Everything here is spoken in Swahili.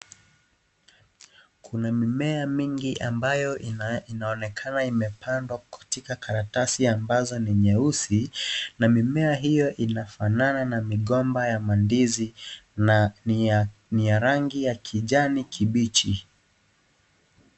Kuna mimea mengi ambayo inaonekana imepandwwa katika karatasi ambazo ni yeusi na mimea hio inafanana na migomba ya mandizi na ni ya rangi ya kijani kibichi.